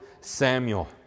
Samuel